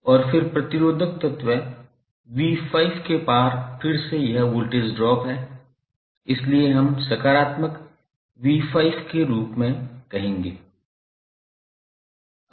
और फिर प्रतिरोधक तत्व v5 के पार फिर से यह वोल्टेज ड्रॉप है इसलिए हम सकारात्मक v5 के रूप में कहेंगे